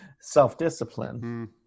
self-discipline